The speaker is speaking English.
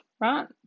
right